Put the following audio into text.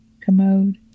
commode